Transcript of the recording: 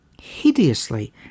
hideously